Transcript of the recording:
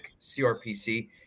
CRPC